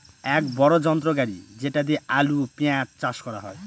এক বড়ো যন্ত্র গাড়ি যেটা দিয়ে আলু, পেঁয়াজ চাষ করা হয়